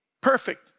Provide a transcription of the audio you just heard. perfect